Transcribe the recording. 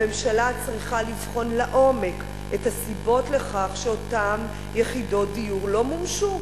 הממשלה צריכה לבחון לעומק את הסיבות לכך שאותן יחידות דיור לא מומשו,